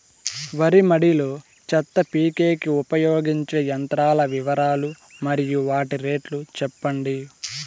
వరి మడి లో చెత్త పీకేకి ఉపయోగించే యంత్రాల వివరాలు మరియు వాటి రేట్లు చెప్పండి?